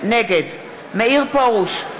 נגד מאיר פרוש,